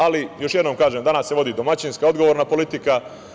Ali, još jednom kažem, danas se vodi domaćinska, odgovorna politika.